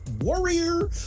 warrior